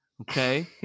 okay